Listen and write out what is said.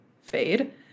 fade